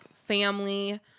family